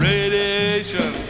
Radiation